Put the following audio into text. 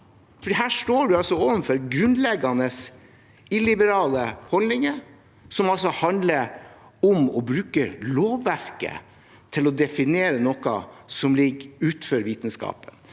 Her står vi overfor grunnleggende illiberale holdninger, som altså handler om å bruke lovverket til å definere noe som ligger utenfor vitenskapen.